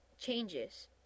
changes